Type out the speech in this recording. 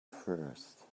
first